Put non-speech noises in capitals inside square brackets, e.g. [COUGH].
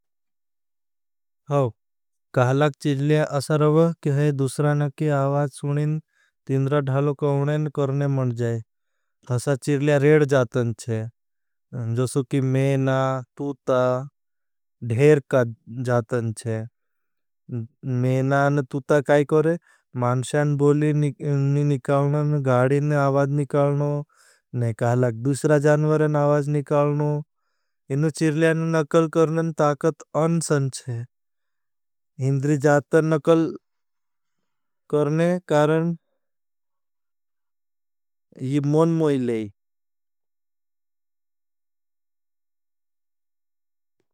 कहलाग चिरलिया असा रवः कि है दूसराना की आवाज सुनिन तिंद्रधालो काउनेन करने मन जाए। असा चिरलिया रेड जातन छे। जोसो कि मेना, तूता धेर जातन छे। मेना और तूता काई करें। मानशान बोली नी निकालन, गाडी ने आवाज निकालनो, ने कहलाग दूसरा जानवर न आवाज निकालनो। इनो चिरलिया न नकल करनन [UNINTELLIGIBLE] ताकत अन संच्छे। हिंद्रि जातन नकल करने कारण यी मौन मोईलेई।